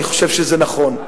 אני חושב שזה נכון.